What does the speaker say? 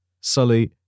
Sully